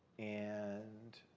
and